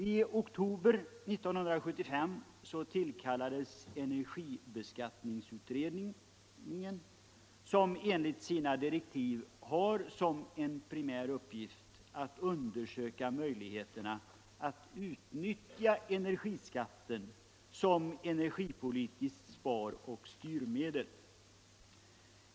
I oktober 1975 tillkallades energibeskattningsutredningen, som enligt sina direktiv har som en primär uppgift att undersöka möjligheterna att utnyttja energiskatten som energipolitiskt sparoch styrmedel.